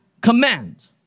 command